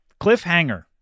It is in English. Cliffhanger